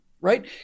right